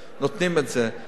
נותנים את זה,